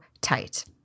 tight